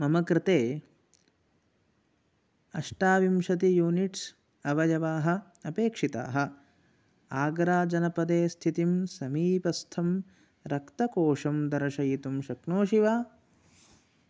मम कृते अष्टाविंशतिः यूनिट्स् अवयवाः अपेक्षिताः आग्राजनपदे स्थितिं समीपस्थं रक्तकोषं दर्शयितुं शक्नोषि वा